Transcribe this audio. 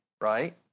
right